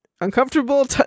uncomfortable